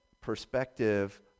perspective